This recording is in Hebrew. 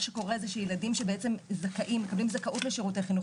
מה שקורה זה שילדים שבעצם מקבלים זכאות לשירותי חינוך